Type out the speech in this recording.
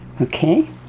okay